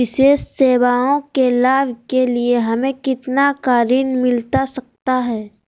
विशेष सेवाओं के लाभ के लिए हमें कितना का ऋण मिलता सकता है?